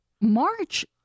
March